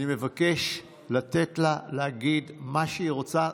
אני מבקש לתת לה להגיד מה שהיא רוצה.